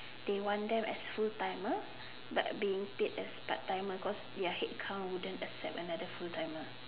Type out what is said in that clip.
they want them as full timer but being paid as part timer because their head count would not accept another full timer